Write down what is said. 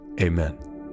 Amen